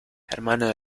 hermano